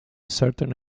certain